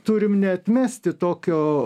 turim neatmesti tokio